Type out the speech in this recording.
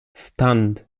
stunned